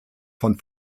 von